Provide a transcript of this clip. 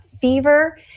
fever